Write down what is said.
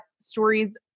stories